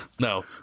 No